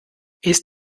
ist